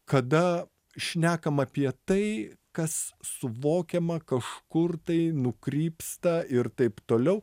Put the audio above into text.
kada šnekam apie tai kas suvokiama kažkur tai nukrypsta ir taip toliau